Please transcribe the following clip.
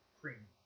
cream